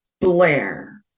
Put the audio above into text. Blair